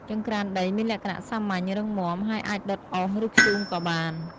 ចង្ក្រានដីមានលក្ខណៈសាមញ្ញ រឹងមាំ ហើយអាចដុតអុស ឬ ធ្យូងក៏បាន។